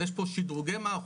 אז יש פה שדרוגי מערכות,